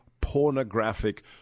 pornographic